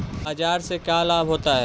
बाजार से का लाभ होता है?